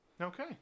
okay